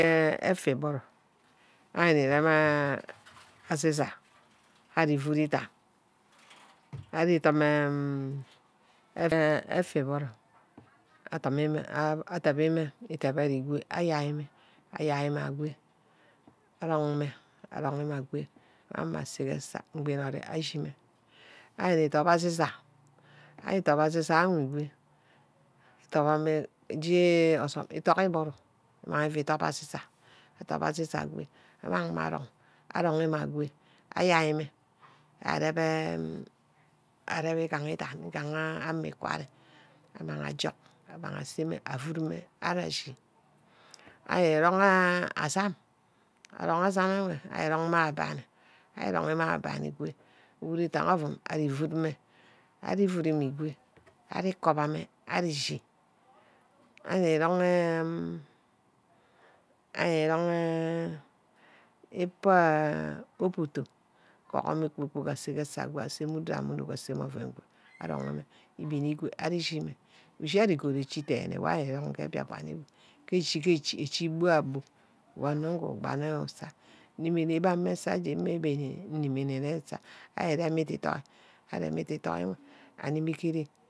Effa îburu ari nirem Nsizor. ari îuud idan. an' idem effa iburu adem mi me. ah dem mi me ayai mme. ayai mme ago arong mme. arong mme ago amang mme aze ke asa egbi îtinot ashime. ari nni udop aziza. ari dip aziza nweh igo. Eje osume idug îburu. ímang evu edop aziza agwe amang mme arong. arong mme agwe mme arep mmeee. arep egaha idan. îgaha ame îkwari amang íjug amang asameh auut mme ari echi. ari irong asamp. arong a'samp ewe arong mme abani. ari rong mme abanni ígwe. ígu idangha ovut a vut mme ari evut mme igo ari ukumame ari echi, eri rong enh ari rong enh ipor opordo. guhormekpor-kpork ase ke asa aguha asame udah mme unork asame oven good. arong mme ibini go ari eshime. usheri ugôd echi degner wor ari rong ke bîakpan. ke echi-ke echi. bua bua bange onor wor ubane usa. unimene nsa je mme nwor unimene nne nsa. ndidor arem ndidor nna anime ke ren